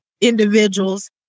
individuals